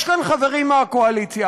יש כאן חברים מהקואליציה